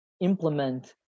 implement